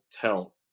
tell